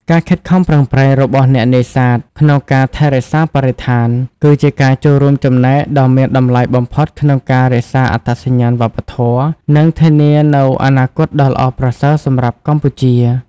ការខិតខំប្រឹងប្រែងរបស់អ្នកនេសាទ ក្នុងការថែរក្សាបរិស្ថាន គឺជាការចូលរួមចំណែកដ៏មានតម្លៃបំផុតក្នុងការរក្សាអត្តសញ្ញាណវប្បធម៌ និងធានានូវអនាគតដ៏ល្អប្រសើរសម្រាប់កម្ពុជា។